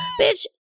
Bitch